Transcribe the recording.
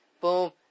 Boom